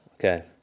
okay